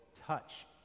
touch